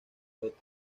flota